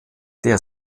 der